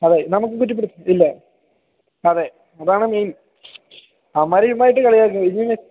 അതെ നമുക്ക് ഇല്ല അതെ അതാണ് മെയിൻ അവന്മാർ ചുമ്മാ ഇട്ട് കളിയാക്കും